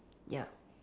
ya